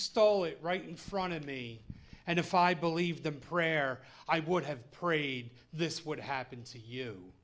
stole it right in front of me and if i believed the prayer i would have prayed this would happen to you